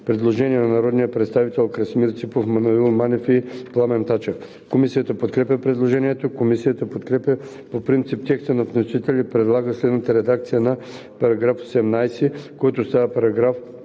предложение на народния представител Красимир Ципов, Маноил Манев и Пламен Тачев. Комисията подкрепя предложението. Комисията подкрепя по принцип текста на вносителя и предлага следната редакция на § 18, който става §